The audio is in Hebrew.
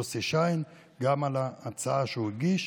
וליוסי שיין, גם על הצעה שהוא הגיש,